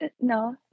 No